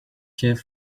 have